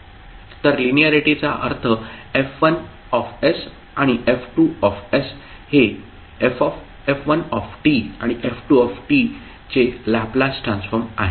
तर लिनिअरिटी चा अर्थ F1 आणि F2 हे f1 आणि f2 चे लॅपलास ट्रान्सफॉर्म आहे